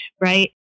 right